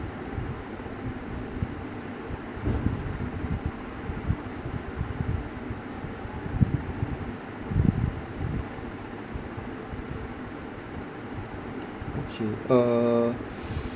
okay uh